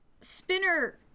Spinner